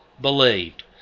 believed